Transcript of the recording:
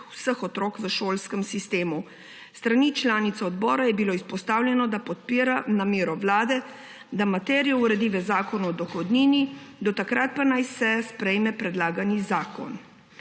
vseh otrok v šolskem sistemu. S strani članice odbora je bilo izpostavljeno, da podpira namero Vlade, da materijo uredi v Zakonu o dohodnini, do takrat pa naj se sprejme predlagani zakon.